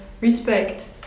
respect